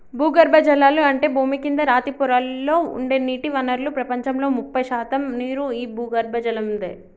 భూగర్బజలాలు అంటే భూమి కింద రాతి పొరలలో ఉండే నీటి వనరులు ప్రపంచంలో ముప్పై శాతం నీరు ఈ భూగర్బజలలాదే